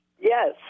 Yes